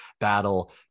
battle